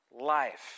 life